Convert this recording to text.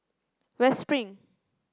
West Spring